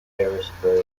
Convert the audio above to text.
harrisburg